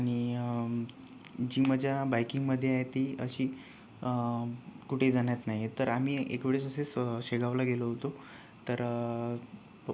आणि जी मज्जा बाईकिंगमध्ये आहे ती अशी कुठेच जाण्यात नाही आहे तर आम्ही एक वेळेस असेच शेगावला गेलो होतो तर